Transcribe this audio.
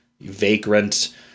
vagrant